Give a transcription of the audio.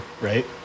right